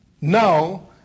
now